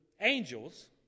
angels